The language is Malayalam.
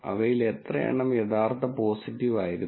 അവയിൽ എത്രയെണ്ണം യഥാർത്ഥ പോസിറ്റീവ് ആയിരുന്നു